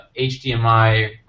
HDMI